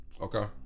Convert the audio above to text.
Okay